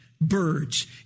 Birds